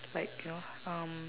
like you know um